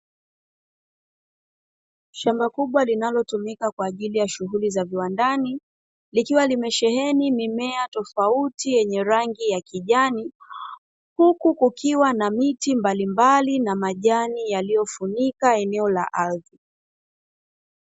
Shamba kubwa linatumika kwa ajili ya shughuli za viwandani, likiwa limesheni mimea tofauti ya kijani, huku kukiwa na miti mbalimbali na majani yaliyofunika eneo la ardhi.